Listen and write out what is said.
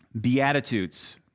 Beatitudes